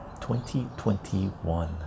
2021